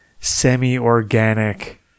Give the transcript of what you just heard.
semi-organic